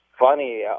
funny